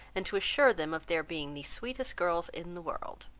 and to assure them of their being the sweetest girls in the world.